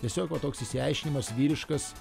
tiesiog va toks išsiaiškinimas vyriškas